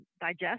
digest